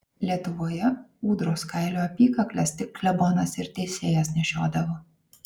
lietuvoje ūdros kailio apykakles tik klebonas ir teisėjas nešiodavo